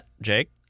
Jake